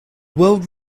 world